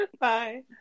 bye